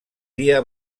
dia